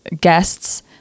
guests